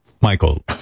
Michael